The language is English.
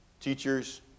Teachers